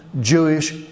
Jewish